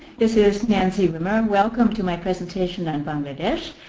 this is nancy wimmer. and welcome to my presentation on bangladesh.